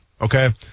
Okay